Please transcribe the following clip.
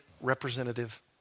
representative